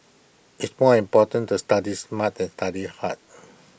IT more important to study smart than study hard